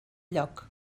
lloc